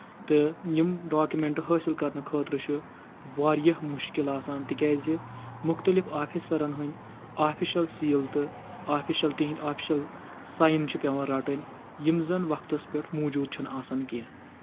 تہٕ یِم ڈاکوٗمؠنٛٹ حٲصِل کَرنہٕ خٲطرٕ چھُ واریاہ مُشکِل آسان تِکیازِ مُختٔلِف آفِسرَن ہٕنٛدۍ آفِشَل سیٖل تہٕ آفِشَل تِہٕنٛدۍ آفِشَل ساین چھِ پؠوان رَٹٕنۍ یِم زَن وقتس پؠٹھ موٗجوٗد چھُنہٕ آسان کینٛہہ